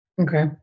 Okay